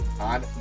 on